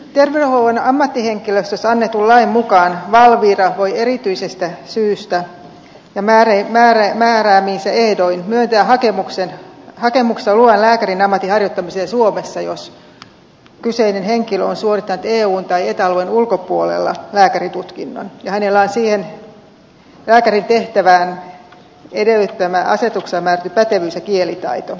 terveydenhuollon ammattihenkilöstöstä annetun lain mukaan valvira voi erityisestä syystä ja määrääminsä ehdoin myöntää hakemuksesta luvan lääkärin ammatin harjoittamiseen suomessa jos kyseinen henkilö on suorittanut eun tai eta alueen ulkopuolella lääkärin tutkinnon ja hänellä on siihen lääkärin tehtävän edellyttämä asetuksella määrätty pätevyys ja kielitaito